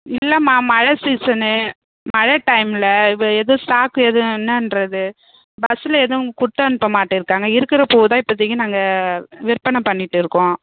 இல்லைம்மா மழை சீசன்னு மழை டைமில் இப்போது எதுவும் ஸ்டாக் எதுவும் என்னன்றது பஸ்ஸில் எதுவும் கொடுத்தனுப்ப மாட்டேன்ருக்காங்க இருக்கிற பூவை தான் இப்போதைக்கி நாங்கள் விற்பனை பண்ணிகிட்டு இருக்கோம்